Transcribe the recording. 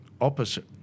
opposite